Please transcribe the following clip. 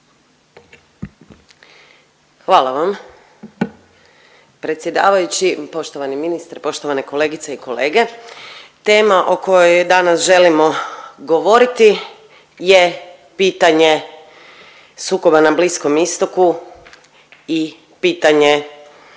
Hvala vam. Predsjedavajući, poštovani ministre, poštovane kolegice i kolege. Tema o kojoj danas želimo govoriti je pitanje sukoba na Bliskom Istoku i pitanje